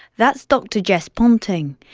that's dr jess ponting,